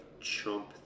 chump